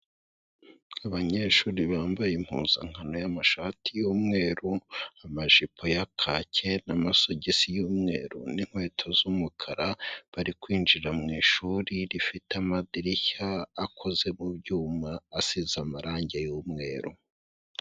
Abanyeshuri bambaye impuzankano y'amashati y'umweru, amajipo ya kake n'amasosogisi y'umweru n'inkweto z'umukara, bari kwinjira mu ishuri rifite amadirishya akoze mu byuma asize amarangi y'umweru.